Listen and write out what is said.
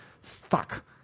stuck